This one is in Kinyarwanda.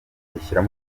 ishyira